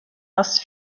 aus